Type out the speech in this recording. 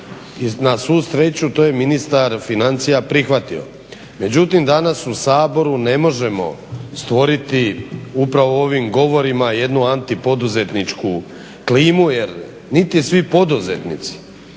na svu sreću to je ministar financija prihvatio. Međutim, danas u Saboru ne možemo stvoriti upravo ovim govorima jednu anti poduzetničku klimu, jer niti svi poduzetnici,